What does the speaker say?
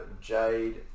Jade